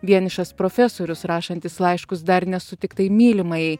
vienišas profesorius rašantis laiškus dar nesutiktai mylimajai